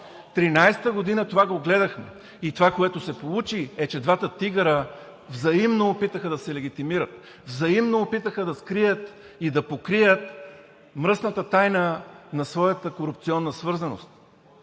2013 г. това го гледахме и това, което се получи, е, че двата тигъра взаимно опитаха да се легитимират, взаимно опитаха да скрият и да покрият мръсната тайна на своята корупционна свързаност.